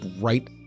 right